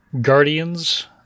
Guardians